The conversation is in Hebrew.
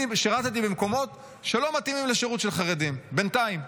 אני שירתי במקומות שלא מתאימים לשירות של חרדים בינתיים.